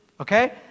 Okay